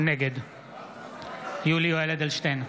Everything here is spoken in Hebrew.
נגד יולי יואל אדלשטיין,